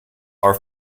are